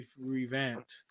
revamped